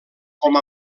com